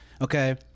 Okay